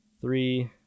Three